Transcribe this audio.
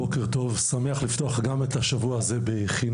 בוקר טוב, אני שמח לפתוח גם את השבוע הזה בחינוך.